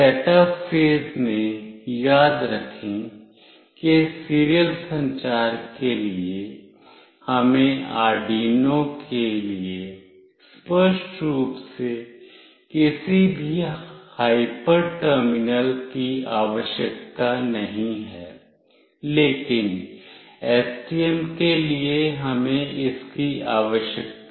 setup phase में याद रखें कि सीरियल संचार के लिए हमें आर्डयूनो के लिए स्पष्ट रूप से किसी भी हाइपर टर्मिनल की आवश्यकता नहीं है लेकिन एसटीएम के लिए हमें इसकी आवश्यकता है